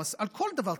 על כל דבר,